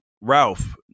Ralph